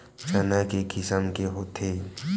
चना के किसम के होथे?